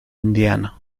indiano